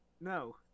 No